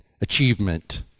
achievement